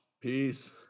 Peace